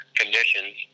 conditions